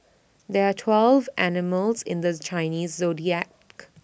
there are twelve animals in this Chinese Zodiac